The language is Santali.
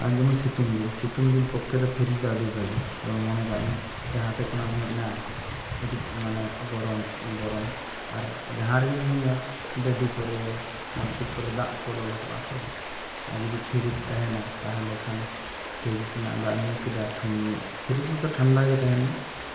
ᱟᱨ ᱡᱮᱢᱚᱱ ᱥᱤᱛᱩᱝ ᱫᱤᱱ ᱥᱤᱛᱩᱝᱫᱤᱱ ᱯᱚᱠᱠᱷᱮ ᱫᱚ ᱯᱷᱤᱨᱤᱡᱽ ᱫᱚ ᱟᱹᱰᱤ ᱵᱷᱟᱹᱜᱤ ᱡᱮᱢᱚᱱ ᱢᱚᱱᱮ ᱠᱟᱜ ᱢᱮ ᱡᱟᱦᱟᱛᱮ ᱠᱷᱚᱱᱟᱜ ᱮᱢ ᱦᱮᱡ ᱮᱱᱟ ᱩᱫᱩᱜ ᱢᱟᱱᱮ ᱜᱚᱨᱚᱢ ᱜᱚᱨᱚᱢ ᱟᱨ ᱡᱟᱦᱟᱨᱮᱜᱮᱢ ᱧᱩᱭᱟ ᱰᱟᱹᱰᱤ ᱠᱚᱨᱮ ᱱᱚᱞᱠᱩᱯ ᱠᱚᱨᱮ ᱫᱟᱜ ᱠᱚ ᱞᱚᱞᱚ ᱠᱚᱜᱼᱟ ᱛᱚ ᱟᱨ ᱡᱩᱫᱤ ᱯᱷᱤᱨᱤᱡᱽ ᱛᱟᱦᱮᱱᱟ ᱛᱟᱦᱚᱞᱮ ᱠᱷᱟᱱ ᱯᱷᱤᱨᱤᱡᱽ ᱨᱮᱱᱟᱜ ᱫᱟᱜ ᱮᱢ ᱧᱩ ᱠᱮᱫᱟ ᱴᱷᱟᱱ ᱯᱷᱤᱨᱤᱡᱽ ᱨᱮᱫᱚ ᱴᱷᱟᱱᱰᱟ ᱜᱮ ᱛᱟᱦᱮᱱᱟ